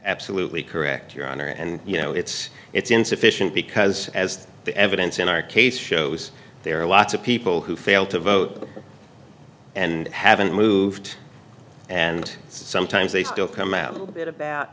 absolutely correct your honor and you know it's it's insufficient because as the evidence in our case shows there are lots of people who fail to vote and haven't moved and sometimes they still come out a little bit about